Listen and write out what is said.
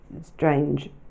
strange